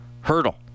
Hurdle